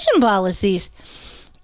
policies